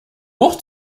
hoch